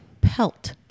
Pelt